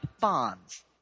bonds